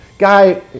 Guy